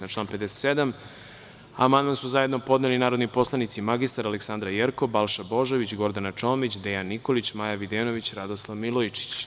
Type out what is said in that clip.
Na član 57. amandman su zajedno podneli narodni poslanici mr Aleksandra Jerkov, Balša Božović, Gordana Čomić, Dejan Nikolić, Maja Videnović i Radoslav Milojičić.